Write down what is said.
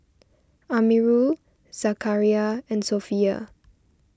Amirul Zakaria and Sofea